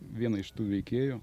vieną iš tų veikėjų